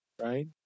right